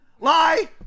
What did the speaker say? Lie